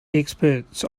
experts